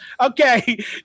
Okay